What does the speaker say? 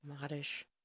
modish